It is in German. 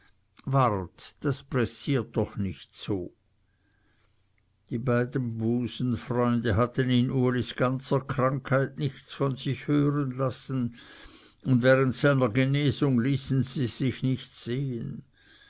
das pressiert doch nicht so die beiden busenfreunde hatten in ulis ganzer krankheit nichts von sich hören lassen und während seiner genesung ließen sie sich nicht sehen